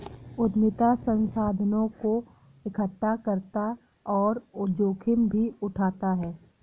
उद्यमिता संसाधनों को एकठ्ठा करता और जोखिम भी उठाता है